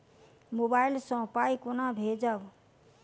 Mobile सँ पाई केना भेजब?